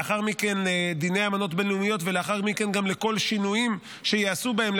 לאחר מכן לדיני אמנות בין-לאומיות ולאחר מכן גם לכל שינויים שייעשו בהן,